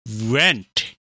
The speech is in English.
rent